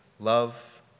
Love